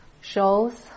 shows